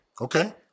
Okay